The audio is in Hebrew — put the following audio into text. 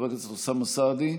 חבר הכנסת אוסאמה סעדי,